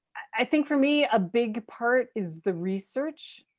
i think for me a big part is the research.